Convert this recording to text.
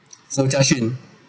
so Jia Xun